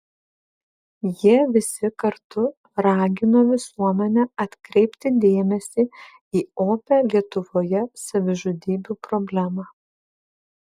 jie visi kartu ragino visuomenę atkreipti dėmesį į opią lietuvoje savižudybių problemą